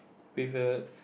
with a s~